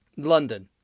London